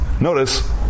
notice